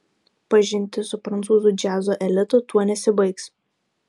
pažintis su prancūzų džiazo elitu tuo nesibaigs